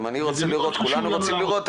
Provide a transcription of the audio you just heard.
גם אני וכולם רוצים לראות,